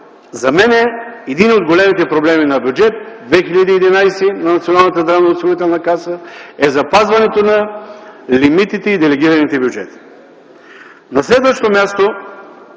За мен един от големите проблеми на Бюджет 2011 на Националната здравноосигурителна каса е запазването на лимитите и делегираните бюджети. На следващо място,